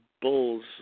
Bulls